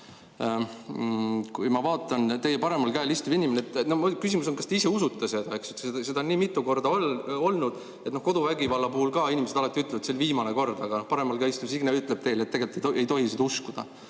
Kui ma vaatan, teie paremal käel istuv inimene ... Minu küsimus on, kas te ise usute seda. Seda on nii mitu korda olnud. Koduvägivalla puhul ka inimesed alati ütlevad, et see on viimane kord, aga paremal käel istuv Signe ütleb teile, et tegelikult ei tohi seda uskuda.